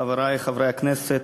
חברי חברי הכנסת,